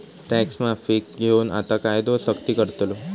tax माफीक घेऊन आता कायदो सख्ती करतलो